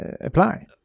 apply